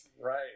Right